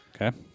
Okay